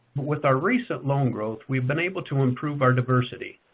with our recent loan growth, we've been able to improve our diversity.